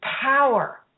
power